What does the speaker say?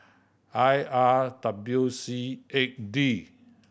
I R W C eight D